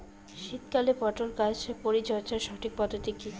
শীতকালে পটল গাছ পরিচর্যার সঠিক পদ্ধতি কী?